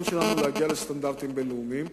שלנו להגיע לסטנדרטים בין-לאומיים.